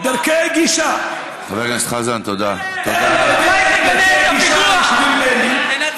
דרכי גישה, חבר הכנסת חזן, תודה.